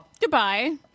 Goodbye